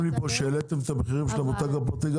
לי שהעליתם גם את המחירים של המותג הפרטי.